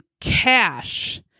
cash